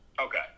okay